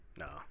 No